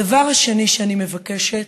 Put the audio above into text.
הדבר השני שאני מבקשת,